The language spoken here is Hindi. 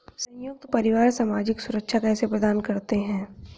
संयुक्त परिवार सामाजिक सुरक्षा कैसे प्रदान करते हैं?